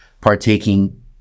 partaking